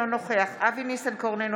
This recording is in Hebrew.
אינו נוכח אבי ניסנקורן,